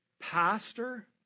pastor